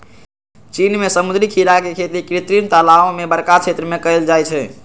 चीन में समुद्री खीरा के खेती कृत्रिम तालाओ में बरका क्षेत्र में कएल जाइ छइ